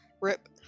Rip